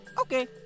okay